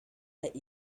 let